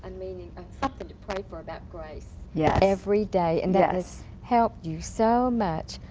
i mean you something to pray for about grace yeah every day and that has helped you so much.